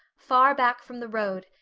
far back from the road,